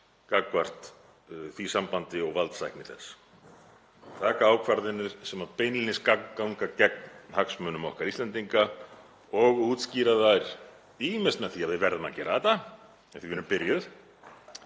gagnvart því sambandi og valdsækni þess, taka ákvarðanir sem ganga beinlínis gegn hagsmunum okkar Íslendinga og útskýra þær ýmist með því að við verðum að gera þetta því við erum byrjuð